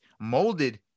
molded